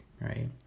right